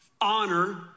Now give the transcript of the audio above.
honor